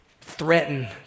threaten